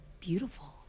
beautiful